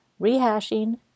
rehashing